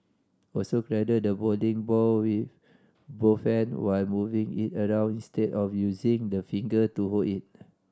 also cradle the bowling ball with both hand while moving it around instead of using the finger to hold it